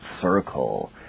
circle